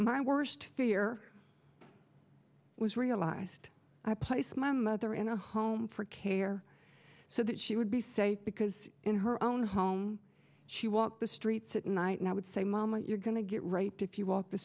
my worst fear was realized i place my mother in a home for care so that she would be safe because in her own home she walked the streets at night and i would say mom what you're going to get right to if you walk the